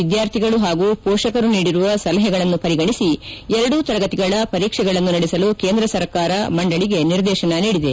ವಿದ್ಗಾರ್ಥಿಗಳು ಹಾಗೂ ಮೋಷಕರು ನೀಡಿರುವ ಸಲಹೆಗಳನ್ನು ಪರಿಗಣಿಸಿ ಎರಡೂ ತರಗತಿಗಳ ಪರೀಕ್ಷೆಗಳನ್ನು ನಡೆಸಲು ಕೇಂದ್ರ ಸರ್ಕಾರ ಮಂಡಳಿಗೆ ನಿರ್ದೇಶನ ನೀಡಿದೆ